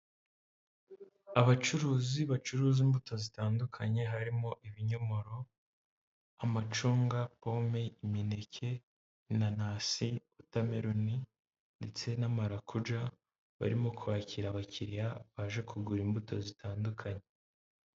Abacuruzi bacuruza imbuto zitandukanye harimo ibinyomoro, amacunga, pome, imineke, inanasi, wota meroni, ndetse na marakuja barimo kwakira abakiriya baje kugura imbuto zitandukanye.